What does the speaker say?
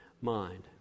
mind